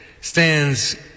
stands